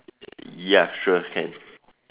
ya sure can